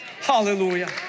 Hallelujah